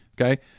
okay